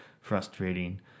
frustrating